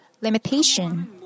limitation